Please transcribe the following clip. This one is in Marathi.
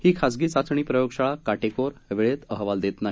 ही खाजगी चाचणी प्रयोगशाळा काटेकोर वेळेत अहवाल देत नाही